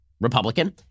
Republican